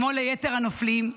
כמו ליתר הנופלים,